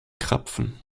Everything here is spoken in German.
krapfen